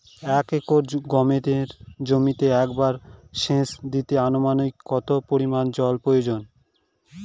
এক একর গমের জমিতে একবার শেচ দিতে অনুমানিক কত পরিমান জল প্রয়োজন?